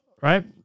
right